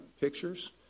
Pictures